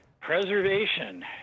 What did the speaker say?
preservation